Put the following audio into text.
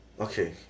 okay